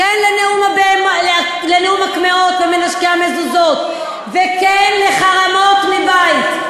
כן לנאום הקמעות ומנשקי המזוזות וכן לחרמות מבית.